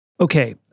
Okay